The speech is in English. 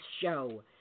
Show